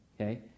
okay